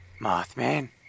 Mothman